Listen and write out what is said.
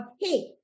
hey